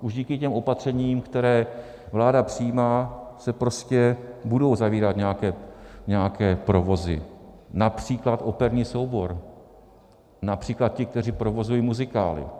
Už díky těm opatřením, které vláda přijímá, se prostě budou zavírat nějaké provozy, například operní soubor, například ti, kteří provozují muzikály.